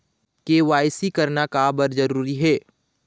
KYC करना का बर जरूरी हे?